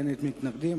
אין מתנגדים,